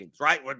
Right